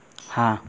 हाँ